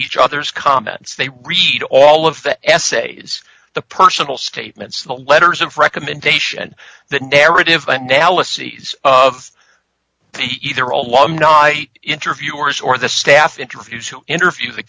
each other's comments they read all of the essays the personal statements the letters of recommendation that narrative analyses of either alumni interviewers or the staff interview to interview the